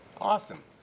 Awesome